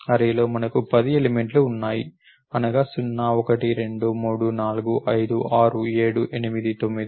array లో మనకు 10 ఎలిమెంట్లు ఉన్నాయి అనగా 0 1 2 3 4 5 6 7 8 9